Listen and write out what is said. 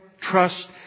trust